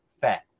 fat